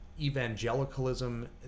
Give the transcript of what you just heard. evangelicalism